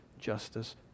justice